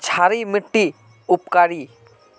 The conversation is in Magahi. क्षारी मिट्टी उपकारी?